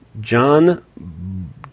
John